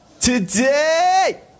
today